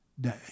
day